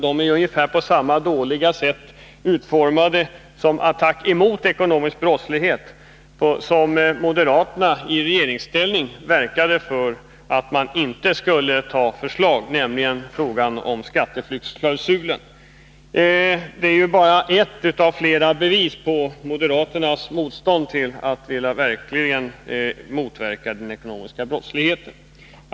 De är utformade på samma dåliga sätt som attacken mot ekonomisk brottslighet, som moderaterna i regeringsställning verkade för att man inte skulle lägga fram förslag om. Det gällde alltså skatteflyktsklausu len. Detta är bara ett av flera bevis på moderaternas motstånd mot att vilja motverka den ekonomiska brottsligheten.